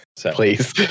Please